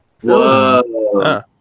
Whoa